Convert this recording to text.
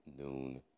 noon